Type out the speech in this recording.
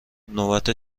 نوبت